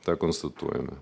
tą konstatuojame